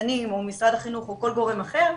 ניצנים או ממשרד החינוך או מכל גורם אחר,